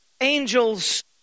angels